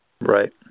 Right